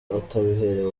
atabiherewe